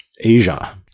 Asia